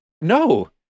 no